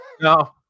No